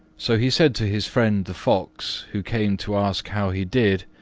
so he said to his friend the fox, who came to ask how he did,